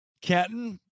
Kenton